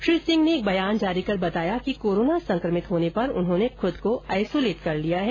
श्री सिंह ने एक बयान जारी कर बताया कि कोरोना संकमित होने पर उन्होंने खुद को आइसोलेट कर लिया है